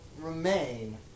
remain